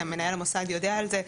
שמנהל המוסד יודע על זה.